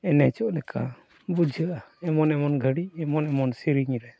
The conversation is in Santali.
ᱮᱱᱮᱡᱚᱜ ᱞᱮᱠᱟ ᱵᱩᱡᱷᱟᱹᱜᱼᱟ ᱮᱢᱚᱱ ᱮᱢᱚᱱ ᱜᱷᱟᱹᱲᱤᱡ ᱮᱢᱚᱱ ᱮᱢᱚᱱ ᱥᱮᱨᱤᱧᱮᱨᱮ